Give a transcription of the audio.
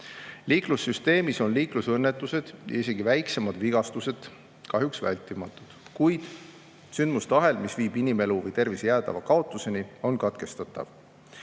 Liiklussüsteemis on liiklusõnnetused, isegi väiksemad vigastused, kahjuks vältimatud. Kuid sündmuste ahel, mis viib inimelu või tervise jäädava kaotuseni, on katkestatav.